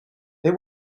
they